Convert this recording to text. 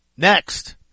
Next